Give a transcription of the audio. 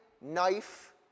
knife